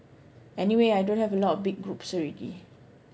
anyway I don't have a lot of big groups already